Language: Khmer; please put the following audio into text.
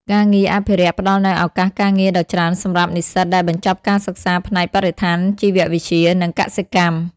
ការងារអភិរក្សផ្តល់នូវឱកាសការងារដ៏ច្រើនសម្រាប់និស្សិតដែលបញ្ចប់ការសិក្សាផ្នែកបរិស្ថាន ជីវវិទ្យា និងកសិកម្ម។